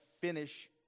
finish